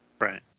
Right